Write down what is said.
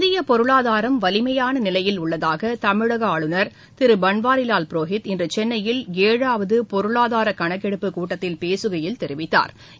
இந்தியபொருளாதாரம் வலிமையானநிலையில் உள்ளதாகதமிழகஆளுநர் திருபன்வாரிலால் புரோஹித் இன்றுசென்னையில் ஏழாவதபொருளாதாரகணக்கெடுப்பு கூட்டத்தில் பேசுகையில் தெரிவித்தாா்